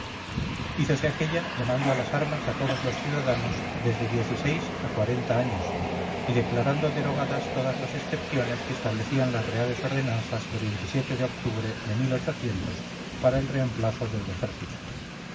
señores honrados hízose aquella llamando a las armas a todos los ciudadanos desde a años y declarando derogadas todas las excepciones que establecían las reales ordenanzas de de octubre de para el reemplazo del ejército